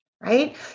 Right